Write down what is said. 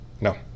No